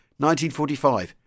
1945